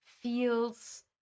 feels